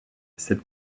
cette